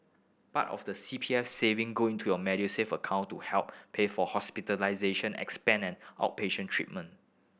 part of the C P F saving go into your Medisave account to help pay for hospitalization expense and outpatient treatment